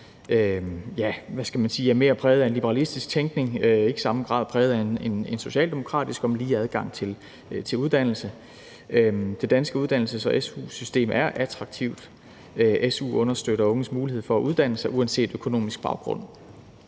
er mere præget af en liberalistisk tænkning og ikke i samme grad præget af en socialdemokratisk om lige adgang til uddannelse. Det danske uddannelses- og su-system er attraktivt. Su understøtter unges mulighed for at uddanne sig uanset økonomisk baggrund.